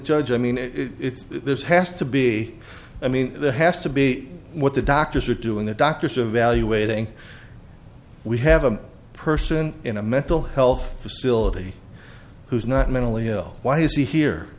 judge i mean this has to be i mean there has to be what the doctors are doing the doctors evaluating we have a person in a mental health facility who is not mentally ill why is he here